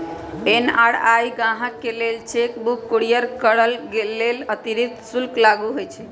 NRI गाहकके लेल cheque book courier करय लेल अतिरिक्त शुल्क लागू होइ छइ